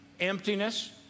emptiness